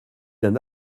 d’un